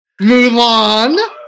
Mulan